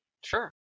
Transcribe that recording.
Sure